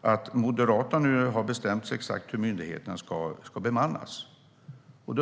att Moderaterna har bestämt sig för exakt hur myndigheterna ska bemannas.